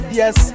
yes